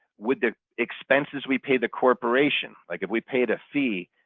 would the expenses we pay the corporation like if we paid a fee,